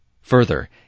Further